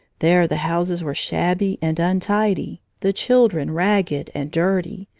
there the houses were shabby and untidy, the children ragged and dirty.